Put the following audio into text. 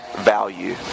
value